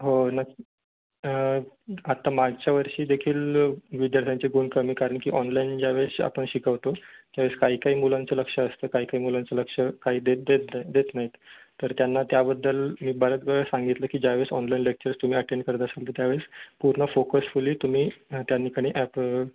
हो नक्की आत्ता मागच्या वर्षी देखील विद्यार्थ्यांची गुण कमी कारणकी ऑनलाईन ज्या वेळेस आपण शिकवतो त्या वेळेस काही काही मुलांचं लक्ष असतं काही काही मुलांचं लक्ष काही देत देत देत नाहीत तर त्यांना त्याबद्दल मी बऱ्याच वेळा सांगितलं की ज्या वेळेस ऑनलाईन लेक्चर्स तुम्ही अटेंड करता असतात त्या वेळेस पूर्ण फोकस फुली तुम्ही त्या ठिकाणी ॲप